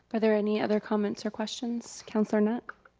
are there any other comments or questions? councilor knutt?